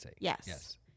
Yes